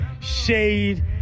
shade